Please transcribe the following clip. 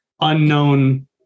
unknown